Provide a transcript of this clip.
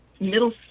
middle